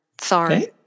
Sorry